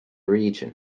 region